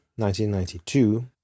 1992